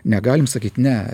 negalim sakyt ne